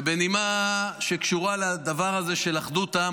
ובנימה שקשורה לדבר הזה של אחדות העם,